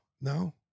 No